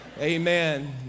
Amen